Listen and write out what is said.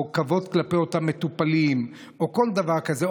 או בכבוד כלפי אותם מטופלים או כל דבר כזה,